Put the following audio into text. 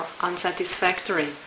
unsatisfactory